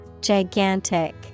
Gigantic